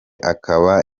akaba